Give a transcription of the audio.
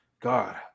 God